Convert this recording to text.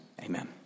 amen